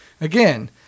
Again